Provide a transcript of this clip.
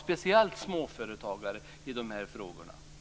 Speciellt rör det sig då om småföretagare.